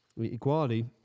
equality